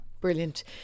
Brilliant